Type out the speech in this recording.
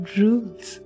rules